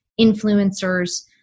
influencers